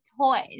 toys